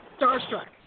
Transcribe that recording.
starstruck